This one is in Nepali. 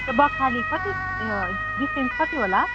यो बखाली कति उयो डिस्टेन्स कति होला